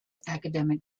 academic